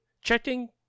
Checking